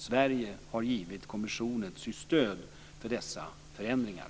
Sverige har givit kommissionen sitt stöd för dessa förändringar.